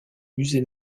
musée